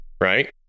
right